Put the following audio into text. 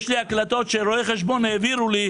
יש לי הקלטות שרואי חשבון העבירו לי,